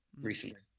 recently